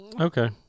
Okay